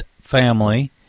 family